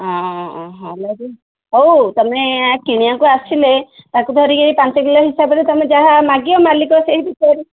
ହଁ ହଉ ତମେ କିଣିବାକୁ ଆସିଲେ ତାକୁ ଧରିକି ପାଞ୍ଚ କିଲୋ ହିସାବରେ ତମେ ଯାହା ମାଗିବ ମାଲିକ ସେଇ ବିଷୟରେ